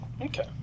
Okay